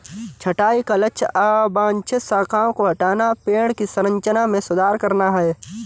छंटाई का लक्ष्य अवांछित शाखाओं को हटाना, पेड़ की संरचना में सुधार करना है